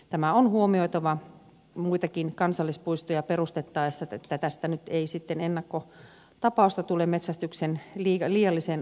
tämä on huomioitava muitakin kansallispuistoja perustettaessa että tästä nyt ei sitten ennakkotapausta tule metsästyksen liialliseen rajoittamiseen